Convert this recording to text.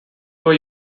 were